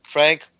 Frank